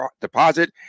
deposit